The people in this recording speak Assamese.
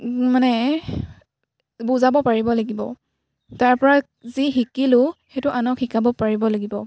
মানে বুজাব পাৰিব লাগিব তাৰপৰা যি শিকিলোঁ সেইটো আনক শিকাব পাৰিব লাগিব